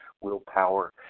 willpower